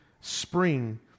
spring